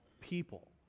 people